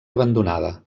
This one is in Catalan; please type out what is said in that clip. abandonada